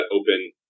open